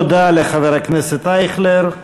תודה לחבר הכנסת אייכלר.